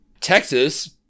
Texas